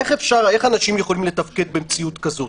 איך אנשים יכולים לתפקד במציאות כזו?